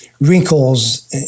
wrinkles